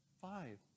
five